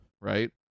right